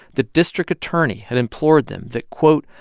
the district attorney had implored them that, quote,